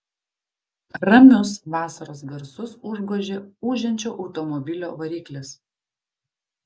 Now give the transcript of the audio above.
ramius vasaros garsus užgožė ūžiančio automobilio variklis